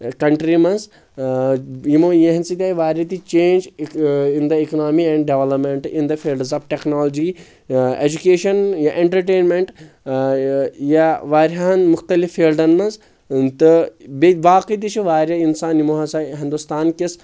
country منٛز یِمو یہنٛدِ سۭتۍ آیہِ واریاہ تہِ change in the economy and development in the fields of technology education یا ایٚنٹرٹینمینٛٹ یا واریاہن مُختٔلف فیٖلڈن منٛز تہٕ بیٚیہِ باقٕے تہِ چھِ واریاہ انسان یِمو ہسا ہندوستان کِس